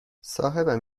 صاحبم